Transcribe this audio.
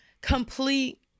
Complete